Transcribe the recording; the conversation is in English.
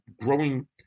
growing